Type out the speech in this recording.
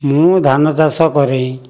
ମୁଁ ଧାନ ଚାଷ କରେ